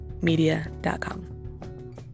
media.com